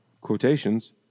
quotations